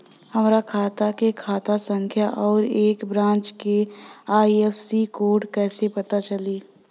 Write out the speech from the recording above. हमार खाता के खाता संख्या आउर ए ब्रांच के आई.एफ.एस.सी कोड कैसे पता चली?